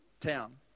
town